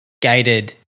gated